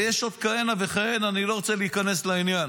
ויש עוד כהנה וכהנה, אני לא רוצה להיכנס לעניין.